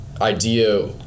idea